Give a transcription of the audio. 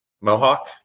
Mohawk